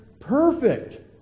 perfect